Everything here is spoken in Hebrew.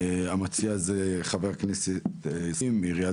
המציע הוא חבר הכנסת סגן יושב-ראש הכנסת ניסים ואטורי.